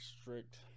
strict